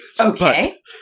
Okay